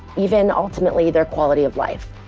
even ultimately their quality of life.